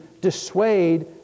dissuade